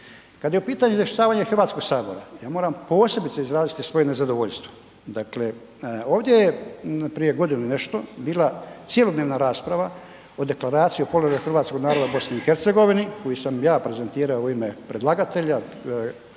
Kad je u pitanju izvještavanje HS, ja moram posebice izraziti svoje nezadovoljstvo, dakle ovdje je prije godinu i nešto bila cjelodnevna rasprava o Deklaraciji o položaju hrvatskog naroda u BiH koju sam ja prezentirao u ime predlagatelja,